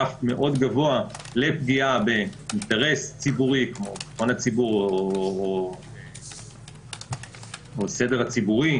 רף מאוד גבוה לפגיעה באינטרס ציבורי כמו ביטחון הציבור או הסדר הציבורי,